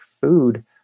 food